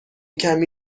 کمی